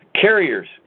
Carriers